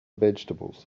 vegetables